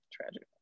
Tragic